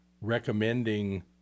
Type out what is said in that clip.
recommending